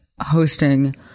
hosting